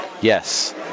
yes